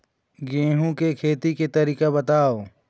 गेहूं के खेती के तरीका बताव?